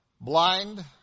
blind